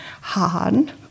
hard